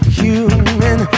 human